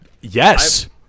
Yes